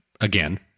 again